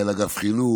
מנהל אגף חינוך.